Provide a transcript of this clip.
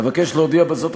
לבקשת סגן שר האוצר.